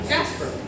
Jasper